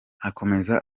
akomeza